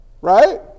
Right